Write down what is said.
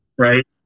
right